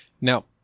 now